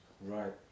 Right